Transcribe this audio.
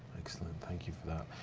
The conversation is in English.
excellent, thank you for that.